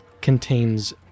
contains